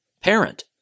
parent